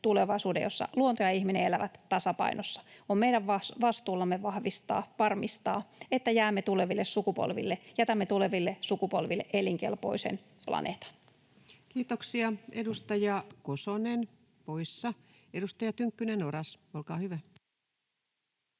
jossa luonto ja ihminen elävät tasapainossa. On meidän vastuullamme varmistaa, että jätämme tuleville sukupolville elinkelpoisen planeetan. Kiitoksia. — Edustaja Kosonen poissa. — Edustaja Tynkkynen, Oras, olkaa hyvä.